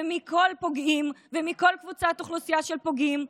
וכל פוגעים וכל קבוצת אוכלוסייה של פוגעים.